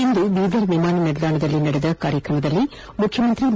ಇಂದು ಬೀದರ್ ವಿಮಾನ ನಿಲ್ದಾಣದಲ್ಲಿ ನಡೆದ ಕಾರ್ಯಕ್ರಮದಲ್ಲಿ ಮುಖ್ಯಮಂತ್ರಿ ಬಿ